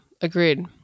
agreed